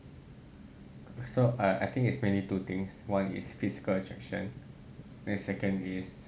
so I I think it's maybe two things one is physical attraction then second is